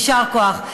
יישר כוח.